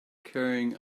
carrying